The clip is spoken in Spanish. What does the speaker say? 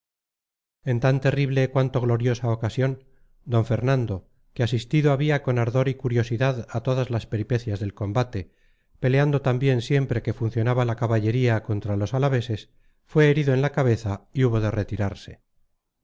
en tan terrible cuanto gloriosa ocasión d fernando que asistido había con ardor y curiosidad a todas las peripecias del combate peleando también siempre que funcionaba la caballería contra los alaveses fue herido en la cabeza y hubo de retirarse